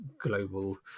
global